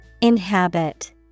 Inhabit